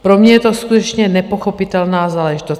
Pro mě je to skutečně nepochopitelná záležitost.